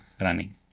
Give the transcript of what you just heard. running